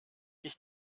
ich